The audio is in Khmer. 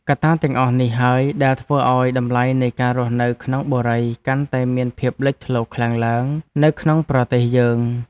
កត្តាទាំងអស់នេះហើយដែលធ្វើឱ្យតម្លៃនៃការរស់នៅក្នុងបុរីកាន់តែមានភាពលេចធ្លោខ្លាំងឡើងនៅក្នុងប្រទេសយើង។